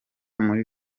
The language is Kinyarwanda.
muri